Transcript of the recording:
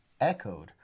echoed